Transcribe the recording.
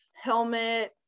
helmet